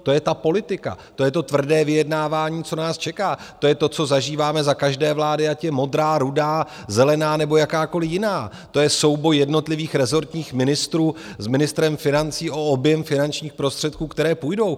To je ta politika, to je to tvrdé vyjednávání, co nás čeká, to je to, co zažíváme za každé vlády, ať je modrá, rudá, zelená nebo jakákoliv jiná, to je souboj jednotlivých rezortních ministrů s ministrem financí o objem finančních prostředků, které půjdou.